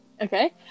okay